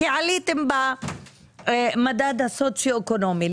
כי עליתם במדד הסוציואקונומי.